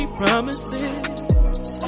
promises